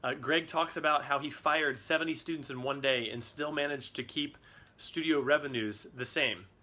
ah greg talks about how he fired seventy students in one day and still managed to keep studio revenues the same.